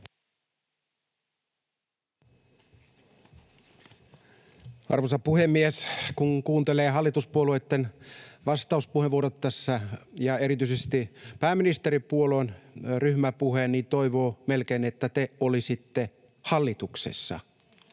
Arvoisa puhemies! Kun kuuntelee hallituspuolueitten vastauspuheenvuoroja tässä ja erityisesti pääministeripuolueen ryhmäpuhetta, niin toivoo melkein, että te olisitte hallituksessa